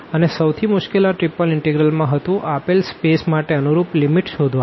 અને સૌથી મુશ્કેલ આ ત્રિપલ ઇનટેગ્રલ માં હતું આપેલ સ્પેસ માટે અનુરૂપ લીમીટ શોધવાનું